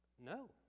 No